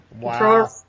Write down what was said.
Wow